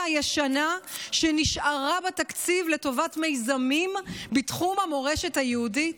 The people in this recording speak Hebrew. הישנה שנשארה בתקציב לטובת מיזמים בתחום המורשת היהודית?